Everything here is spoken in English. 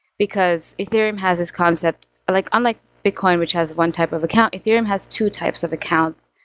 because ethereum has this concept like unlike bitcoin which has one type of account, ethereum has two types of accounts.